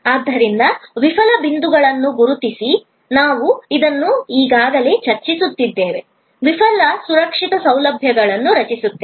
ಆದ್ದರಿಂದ ವಿಫಲ ಬಿಂದುಗಳನ್ನು ಗುರುತಿಸಿ ನಾವು ಇದನ್ನು ಈಗಾಗಲೇ ಚರ್ಚಿಸುತ್ತೇವೆ ವಿಫಲ ಸುರಕ್ಷಿತ ಸೌಲಭ್ಯಗಳನ್ನು ರಚಿಸುತ್ತೇವೆ